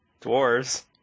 Dwarves